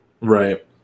Right